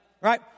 right